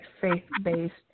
faith-based